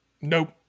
Nope